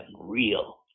real